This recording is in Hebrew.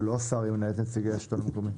לא שהשר ימנה את נציגי השלטון המקומי.